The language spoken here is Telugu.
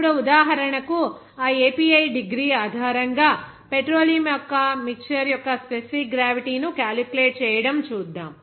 ఇప్పుడు ఉదాహరణకు ఆ API డిగ్రీ ఆధారంగా ఆ పెట్రోలియం మిక్చర్ యొక్క స్పెసిఫిక్ గ్రావిటీ ను క్యాలిక్యులేట్ చేయడం చూద్దాం